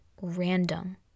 random